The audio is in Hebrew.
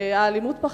האלימות פחתה,